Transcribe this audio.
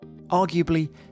Arguably